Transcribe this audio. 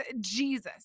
Jesus